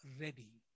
ready